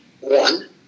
One